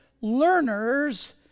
learners